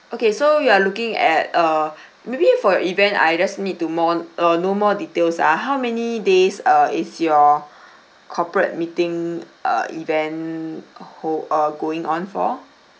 okay so you are looking at uh maybe for your event I just need to mon~ uh know more details ah how many days uh is your corporate meeting uh event ho~ uh going on for